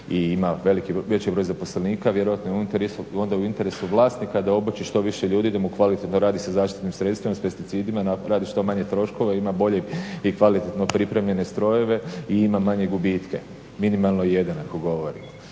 velik i ima veći broj zaposlenika vjerojatno je onda u interesu vlasnika da obuči što više ljudi da mu kvalitetno radi sa zaštitnim sredstvima, s pesticidima, radi što manje troškova i ima bolje i kvalitetno pripremljene strojeve i ima manje gubitke. Minimalno jedan ako govorimo.